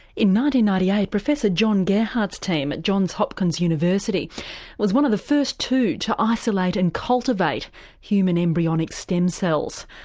ninety ninety eight, professor john gearhart's team at john hopkins university was one of the first two to isolate and cultivate human embryonic stem cells,